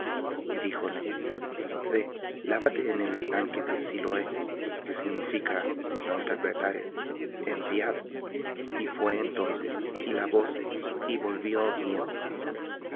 y díjole ve lávate en el estanque de siloé que significa si interpretares enviado y fué entonces y lavóse y volvió viendo